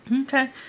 Okay